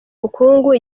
bukungu